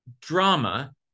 drama